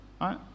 Right